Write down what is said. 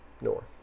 north